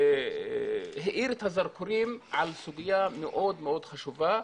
האיר את הזרקורים על סוגיה מאוד מאוד חשובה.